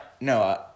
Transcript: no